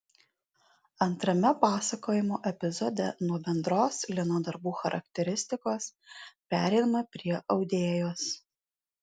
antrame pasakojimo epizode nuo bendros lino darbų charakteristikos pereinama prie audėjos